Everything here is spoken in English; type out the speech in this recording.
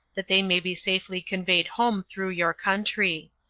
that they may be safely conveyed home through your country.